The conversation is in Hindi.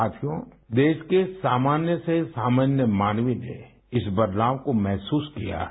साथियो देश के सामान्य से सामान्य मानव ने इस बदलाव को महसूस किया है